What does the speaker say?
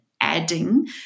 adding